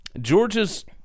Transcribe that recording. Georgia's